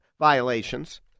violations